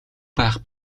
байх